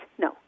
No